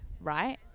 right